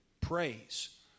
Praise